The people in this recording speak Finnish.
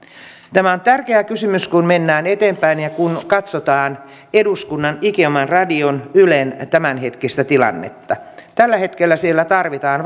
tämä on tärkeä kysymys kun mennään eteenpäin ja kun katsotaan eduskunnan ikioman radion ylen tämänhetkistä tilannetta tällä hetkellä siellä tarvitaan